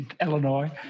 Illinois